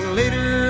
later